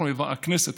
הכנסת,